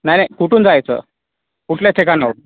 नाही नाही कुठून जायचं कुठल्या ठिकाणावरून